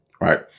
right